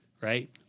right